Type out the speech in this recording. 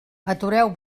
atureu